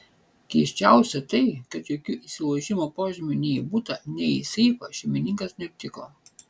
keisčiausia tai kad jokių įsilaužimo požymių nei į butą nei į seifą šeimininkas neaptiko